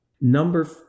Number